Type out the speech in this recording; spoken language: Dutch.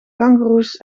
kangoeroes